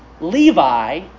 Levi